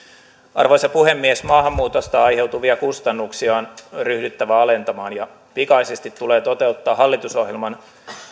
arvoisa puhemies maahanmuutosta aiheutuvia kustannuksia on ryhdyttävä alentamaan ja pikaisesti tulee toteuttaa hallitusohjelman